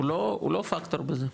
הוא לא פקטור בזה.